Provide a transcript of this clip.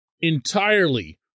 entirely